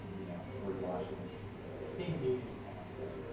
you know, george washington, you know, the state of the union is sound or whatever.